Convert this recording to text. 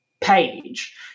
page